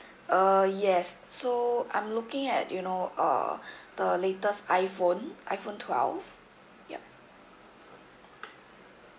uh yes so I'm looking at you know uh the latest iphone iphone twelve yup